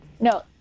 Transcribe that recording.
no